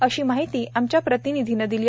अशी माहिती आमच्या प्रतनिधीने दिली